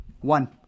One